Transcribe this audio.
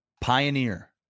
Pioneer